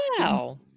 Wow